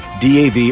DAV